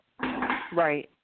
Right